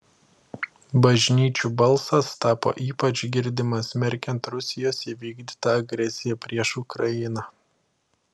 bažnyčių balsas tapo ypač girdimas smerkiant rusijos įvykdytą agresiją prieš ukrainą